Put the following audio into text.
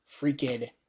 freaking